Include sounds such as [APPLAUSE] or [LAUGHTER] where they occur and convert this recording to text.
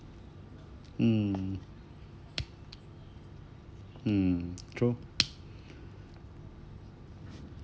mm mm true [BREATH]